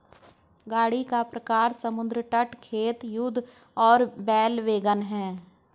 गाड़ी का प्रकार समुद्र तट, खेत, युद्ध और बैल वैगन है